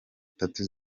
tatu